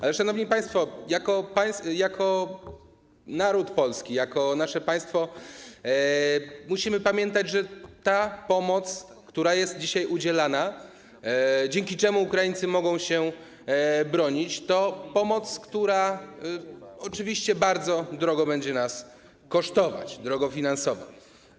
Ale, szanowni państwo, jako naród polski, jako nasze państwo, musimy pamiętać, że ta pomoc, która jest dzisiaj udzielana, dzięki której Ukraińcy mogą się bronić, to pomoc, która oczywiście bardzo drogo będzie nas kosztować, drogo pod względem finansowym.